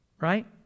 right